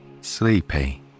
sleepy